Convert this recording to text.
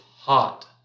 hot